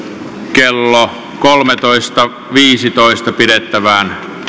kello kolmetoista viiteentoista pidettävään